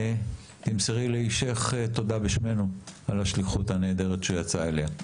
תמסרי לאישך תודה בשמנו על השליחות הנהדרת שהוא יצא אליה,